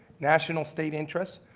national state interest,